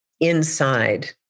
inside